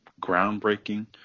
groundbreaking